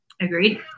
agreed